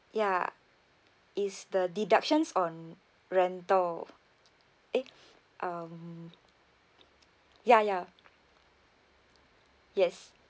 ya is the deductions on rental eh um ya ya yes